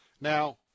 Now